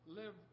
live